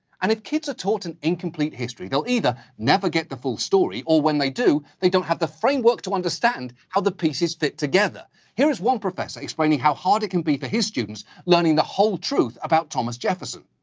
and if kids are taught an incomplete history, they'll either never get the full story, or when they do, they don't have the framework to understand how the pieces fit together. here is one professor explaining how hard it can be for his students learning the whole truth about thomas jefferson.